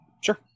Sure